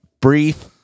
brief